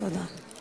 תודה.